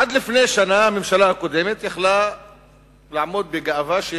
עד לפני שנה הממשלה הקודמת יכלה לעמוד בגאווה על